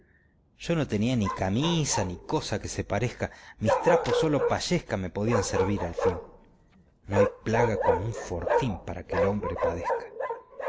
yo no tenía ni camisa ni cosa que se parezca mis trapos sólo pa yesca me podían servir al fin no hay plaga como un fortín para que el hombre padezca